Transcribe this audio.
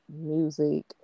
music